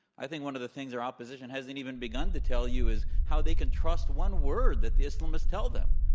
i think one of the things our opposition hasn't even begun to tell you is how they can trust one word that the islamists tell them.